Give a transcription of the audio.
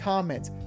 Comments